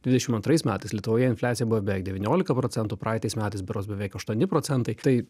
dvidešim antrais metais lietuvoje infliacija buvo beveik devyniolika procentų praeitais metais berods beveik aštuoni procentai tai